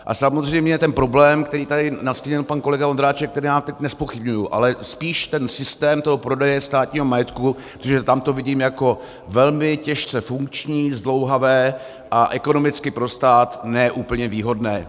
A samozřejmě problém, který tady nastínil pan kolega Ondráček, ten já teď nezpochybňuji, ale spíš ten systém prodeje státního majetku, protože tam to vidím jako velmi těžce funkční, zdlouhavé a ekonomicky pro stát ne úplně výhodné.